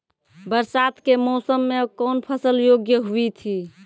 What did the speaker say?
बरसात के मौसम मे कौन फसल योग्य हुई थी?